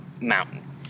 mountain